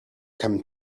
come